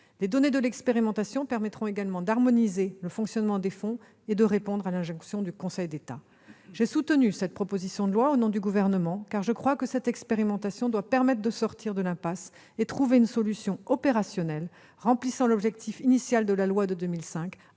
Les données de l'expérimentation permettront également d'harmoniser le fonctionnement des fonds et de répondre à l'injonction du Conseil d'État. J'ai soutenu cette proposition de loi, au nom du Gouvernement, car je pense que cette expérimentation nous permettra de sortir de l'impasse, de trouver une solution opérationnelle et d'atteindre l'objectif initial de la loi de 2005,